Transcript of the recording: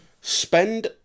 spend